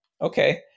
okay